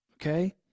Okay